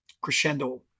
crescendo